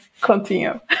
continue